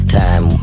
time